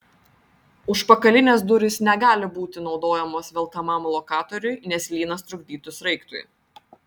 užpakalinės durys negali būti naudojamos velkamam lokatoriui nes lynas trukdytų sraigtui